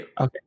Okay